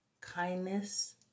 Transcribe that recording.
Kindness